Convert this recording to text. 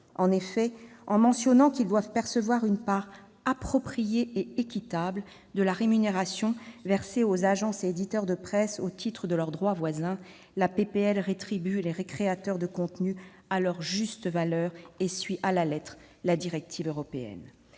En effet, en mentionnant qu'ils doivent percevoir une part « appropriée et équitable » de la rémunération versée aux agences et éditeurs de presse au titre de leur droit voisin, la proposition de loi rétribue les créateurs de contenus à leur juste valeur et suit à la lettre la directive européenne.